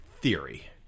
theory